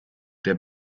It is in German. der